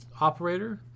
operator